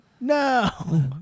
No